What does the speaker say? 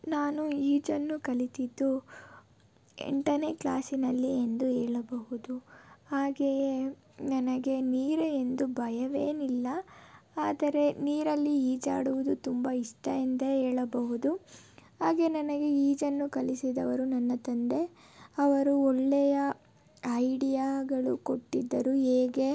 ನಾನು ಈಜನ್ನು ಕಲಿತಿದ್ದು ಎಂಟನೇ ಕ್ಲಾಸಿನಲ್ಲಿ ಎಂದು ಹೇಳಬಹುದು ಹಾಗೆಯೇ ನನಗೆ ನೀರು ಎಂದು ಭಯವೇನಿಲ್ಲ ಆದರೆ ನೀರಲ್ಲಿ ಈಜಾಡುವುದು ತುಂಬ ಇಷ್ಟ ಎಂದೇ ಹೇಳಬಹುದು ಹಾಗೇ ನನಗೆ ಈಜನ್ನು ಕಲಿಸಿದವರು ನನ್ನ ತಂದೆ ಅವರು ಒಳ್ಳೆಯ ಐಡಿಯಾಗಳು ಕೊಟ್ಟಿದ್ದರು ಹೇಗೆ